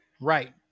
right